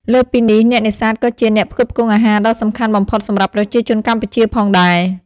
លើសពីនេះ អ្នកនេសាទក៏ជាអ្នកផ្គត់ផ្គង់អាហារដ៏សំខាន់បំផុតសម្រាប់ប្រជាជនកម្ពុជាផងដែរ។